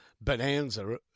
bonanza